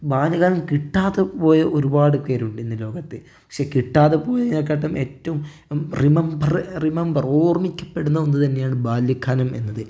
ബാല്യകാലം കിട്ടാതെ പോയ ഒരുപാട് പേരുണ്ട് ഇന്ന് ലോകത്ത് പക്ഷേ കിട്ടാതെ പോയതിനെക്കാട്ടും ഏറ്റവും റിമംബർ റിമംബർ ഓർമ്മിക്കപ്പെടുന്ന ഒന്നു തന്നെയാണ് ബാല്യകാലം എന്നത്